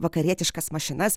vakarietiškas mašinas